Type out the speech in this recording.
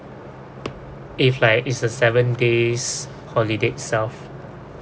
if like it's a seven days holiday itself